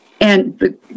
and-